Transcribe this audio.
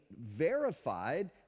verified